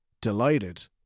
delighted